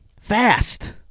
Fast